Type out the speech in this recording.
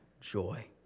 joy